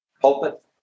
pulpit